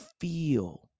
feel